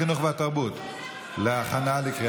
פה אחד התקבלה ההחלטה להנצחת הרב